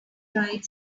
dried